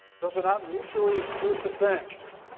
those are not mutually exclusive things.